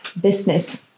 business